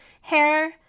hair